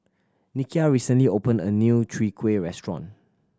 Nikia recently opened a new Chwee Kueh restaurant